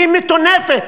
היא מטונפת,